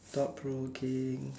thought provoking